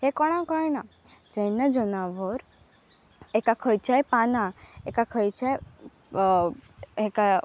हें कोणा कळ ना जेन्ना जनावर एका खंयच्याय पानां एका खंयच्याय एका